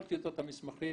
כל טיוטות המסמכים